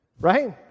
right